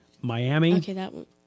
Miami